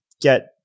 Get